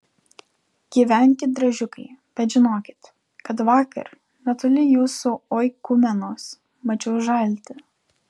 gyvenkit driežiukai bet žinokit kad vakar netoli jūsų oikumenos mačiau žaltį